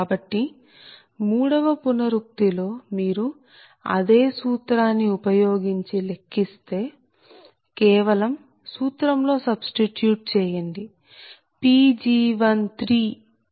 కాబట్టి మూడవ పునరుక్తి లో మీరు అదే సూత్రాన్ని ఉపయోగించి లెక్కిస్తే కేవలం సూత్రం లో సబ్స్టిట్యూట్ చేయండి Pg1109